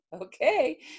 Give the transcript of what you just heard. okay